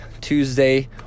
Tuesday